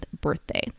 birthday